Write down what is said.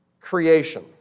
creation